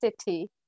city